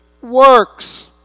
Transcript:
works